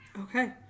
Okay